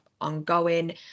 ongoing